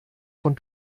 von